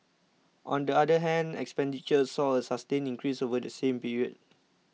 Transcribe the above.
on the other hand expenditure saw a sustained increase over the same period